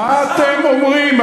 מה אתם אומרים?